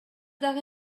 дагы